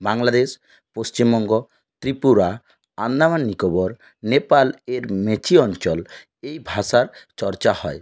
বাংলাদেশ পশ্চিমবঙ্গ ত্রিপুরা আন্দামান নিকোবর নেপালের মেচি অঞ্চল এই ভাষার চর্চা হয়